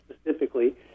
specifically